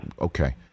Okay